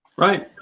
right.